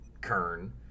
Kern